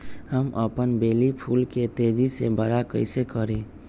हम अपन बेली फुल के तेज़ी से बरा कईसे करी?